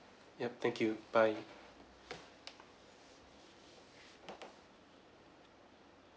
yup thank you bye